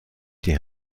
die